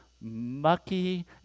mucky